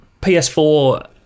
PS4